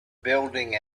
building